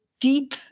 deep